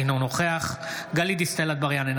אינו נוכח גלית דיסטל אטבריאן,